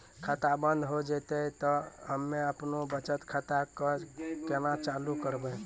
खाता बंद हो जैतै तऽ हम्मे आपनौ बचत खाता कऽ केना चालू करवै?